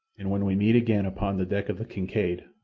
and when we meet again upon the deck of the kincaid,